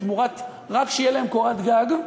רק שתהיה להם קורת גג,